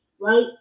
right